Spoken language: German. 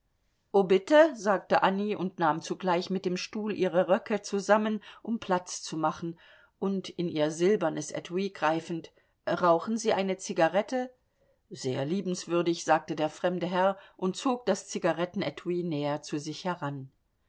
oh bitte sagte annie und nahm zugleich mit dem stuhl ihre röcke zusammen um platz zu machen und in ihr silbernes etui greifend rauchen sie eine zigarette sehr liebenswürdig sagte der fremde herr und zog das zigarettenetui näher zu sich heran